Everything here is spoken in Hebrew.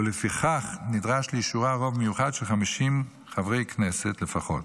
ולפיכך נדרש לאישורה רוב מיוחד של 50 חברי כנסת לפחות.